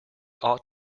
ought